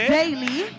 daily